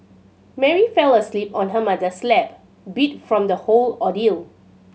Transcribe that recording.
Mary fell asleep on her mother's lap beat from the whole ordeal